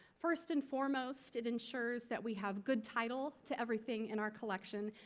first and foremost, it ensures that we have good title to everything in our collection.